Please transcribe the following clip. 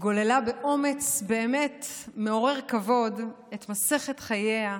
גוללה באומץ באמת מעורר כבוד את מסכת חייה,